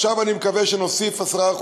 עכשיו אני מקווה שנוסיף 10%,